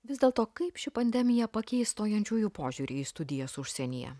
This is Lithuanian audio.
vis dėlto kaip ši pandemija pakeis stojančiųjų požiūrį į studijas užsienyje